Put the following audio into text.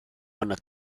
meiner